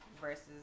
versus